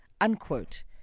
Unquote